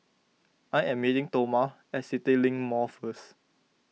I am meeting Toma at CityLink Mall first